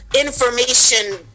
information